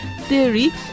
theory